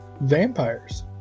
vampires